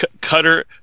Cutter